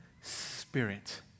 spirit